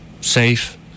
safe